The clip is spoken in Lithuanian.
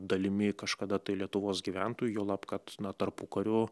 dalimi kažkada tai lietuvos gyventojų juolab kad na tarpukariu